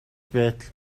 байтал